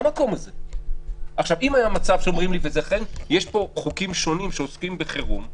יש פה חוקים שונים שעוסקים בחירום,